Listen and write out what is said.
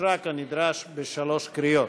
אושרה כנדרש בשלוש קריאות.